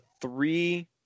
three